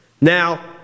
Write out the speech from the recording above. Now